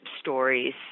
stories